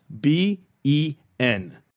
B-E-N